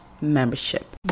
membership